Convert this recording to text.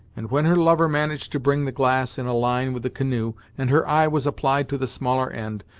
and when her lover managed to bring the glass in a line with the canoe, and her eye was applied to the smaller end,